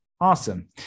Awesome